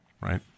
Right